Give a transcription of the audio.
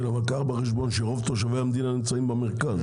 כן אבל קח בחשבון שרוב תושבי המדינה נמצאים במרכז,